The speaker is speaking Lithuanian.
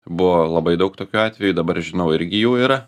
buvo labai daug tokių atvejų dabar žinau irgi jų yra